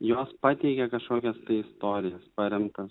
jos pateikia kažkokias tai istorijas paremtas